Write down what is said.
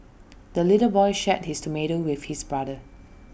the little boy shared his tomato with his brother